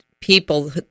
people